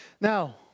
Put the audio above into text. Now